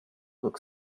look